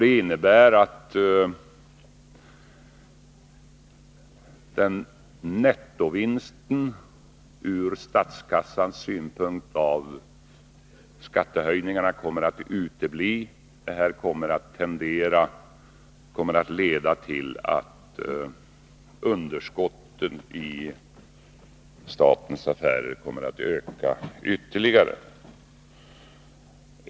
Det innebär att nettovinsten från statskassans synpunkt av skattehöjningarna kommer att utebli. Det kommer att leda till att underskottet i statens affärer ytterligare ökar.